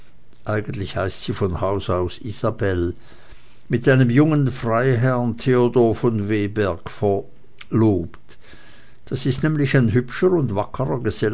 eigentlich heißt sie von haus aus isabel mit einem jungen freiherrn theodor von w berg verlobt das ist nämlich ein hübscher und wackerer